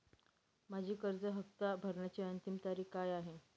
माझी कर्ज हफ्ता भरण्याची अंतिम तारीख काय आहे?